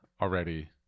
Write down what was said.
already